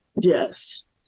Yes